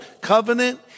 covenant